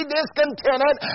discontented